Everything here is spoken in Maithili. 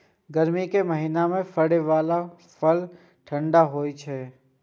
गर्मी के महीना मे फड़ै बला फल ठंढा होइ छै